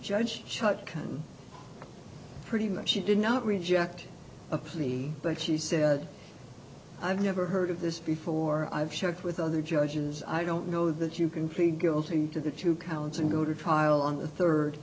judge chuck pretty much she did not reject a plea but she said i've never heard of this before i've checked with other judges i don't know that you can plead guilty to the two counts and go to trial on the third